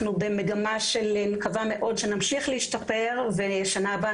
אני מקווה מאוד שנמשיך להשתפר ושנה הבאה